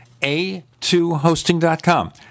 a2hosting.com